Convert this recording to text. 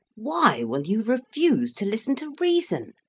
why will you refuse to listen to reason?